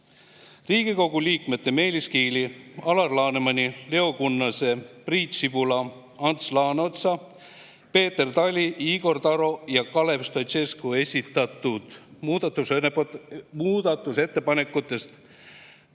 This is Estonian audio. Riigikogu liikmete Meelis Kiili, Alar Lanemani, Leo Kunnase, Priit Sibula, Ants Laaneotsa, Peeter Tali, Igor Taro ja Kalev Stoicescu esitatud muudatusettepanekutest